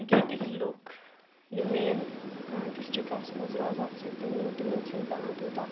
ییٚتِکۍ لُکھ یِم مین ڈِسٹِکَس مَنٛز روزان چھِ تِم تِمَن چھُنہٕ پٮ۪وان تیوٗتاہ